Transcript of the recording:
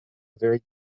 very